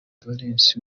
valens